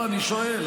אני שואל.